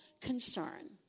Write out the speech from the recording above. concern